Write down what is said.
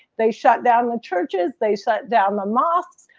they shut down the churches, they shut down the mosques,